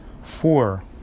four